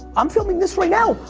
i'm filming this right now.